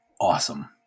awesome